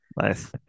Nice